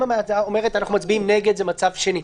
אם הוועדה אומרת: אנחנו מצביעים נגד זה מצב שני,